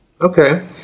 Okay